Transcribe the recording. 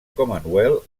commonwealth